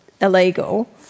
illegal